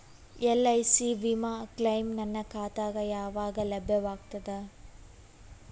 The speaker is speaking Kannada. ಎಲ್.ಐ.ಸಿ ವಿಮಾ ಕ್ಲೈಮ್ ನನ್ನ ಖಾತಾಗ ಯಾವಾಗ ಲಭ್ಯವಾಗತದ?